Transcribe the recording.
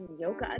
yoga